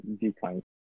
decline